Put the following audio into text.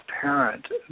parent